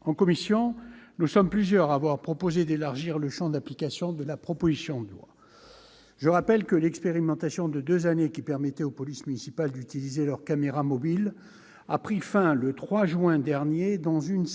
En commission, nous sommes plusieurs à avoir proposé d'élargir le champ d'application de ce texte. Je rappelle que l'expérimentation de deux années permettant aux polices municipales d'utiliser leurs caméras mobiles a pris fin le 3 juin dernier, dans une